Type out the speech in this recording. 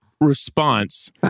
response